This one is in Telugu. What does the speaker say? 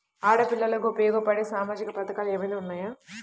ఆడపిల్లలకు ఉపయోగపడే సామాజిక పథకాలు ఏమైనా ఉన్నాయా?